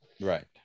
Right